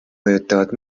mõjutavad